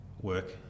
Work